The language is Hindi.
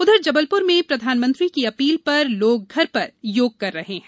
उधर जबलपुर में प्रधानमंत्री की अपील पर लोग घर पर योग कर रहे हैं